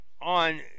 on